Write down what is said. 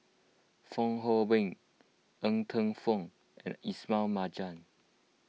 Fong Hoe Beng Ng Teng Fong and Ismail Marjan